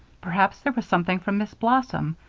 perhaps there was something from miss blossom,